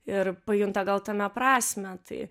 ir pajunta gal tame prasmę tai